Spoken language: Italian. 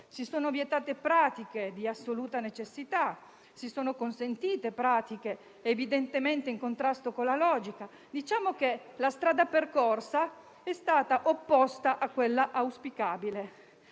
si sono vietate pratiche di assoluta necessità e si sono consentite pratiche evidentemente in contrasto con la logica. Diciamo che la strada percorsa è stata opposta a quella auspicabile: